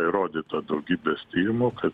įrodyta daugybės tyrimų ka